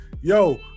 yo